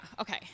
Okay